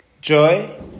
joy